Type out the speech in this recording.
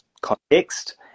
context